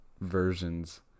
versions